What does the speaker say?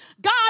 God